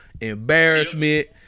embarrassment